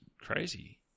Crazy